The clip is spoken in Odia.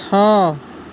ଛଅ